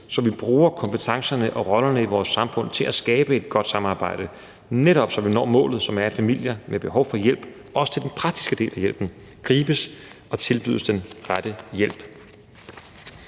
så vi bruger kompetencerne og rollerne i vores samfund til at skabe et godt samarbejde – netop så vi når målet, som er, at familier med behov for hjælp, også til den praktiske del af hjælpen, gribes og tilbydes den rette hjælp.